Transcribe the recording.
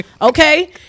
okay